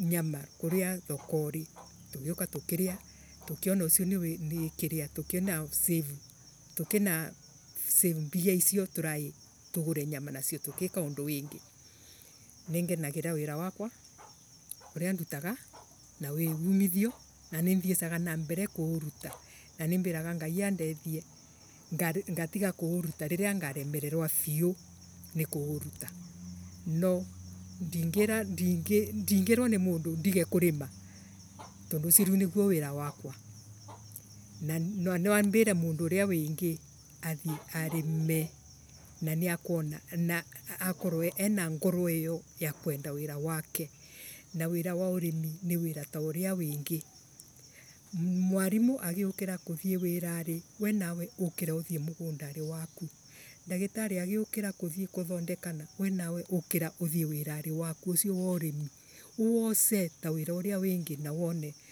nyama kuuria thokari tugiuka tukiria tukiona ucio ni Kiria tukina. Save mbia. Tukinasave mbia icio turaitugure nyama nacio tugika undu wingi. Ningenagira wira wakwa uria ndutaga na wii umithiao na ninthiesaga na mbere kuuruta na nimbiraga ngai andethie ngatiga kuuruta riria nyareme rerwa viu ni kuuruta. Noo ndingera. Ndingerwa ni mundu ndige kurima tondu ucio niguo wira wakwa. Na naambire mundu uria wingi athie arime na niakuona na akorwe ena ngoro iyo ya kwenda wira wake na wira wa urimi ni wira ta uria wingi. Mwarimu agiukira kuthiee wirari we nawe ukira uthie mugundari waku. Dagitari agiukira kuthie kuthondekana wee nawe ukira uthie wirari waku ucio wa urimi woce ta wira uria wingi na wone